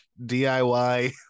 DIY